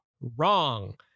Wrong